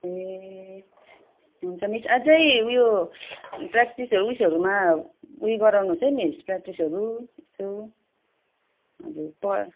ए हुन्छ मिस अझै उयो प्र्याक्टिसहरू उएसहरूमा उयो गराउनुस् है मिस प्र्याक्टिसहरू यसो हजुर प